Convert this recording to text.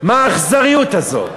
מה האכזריות הזאת?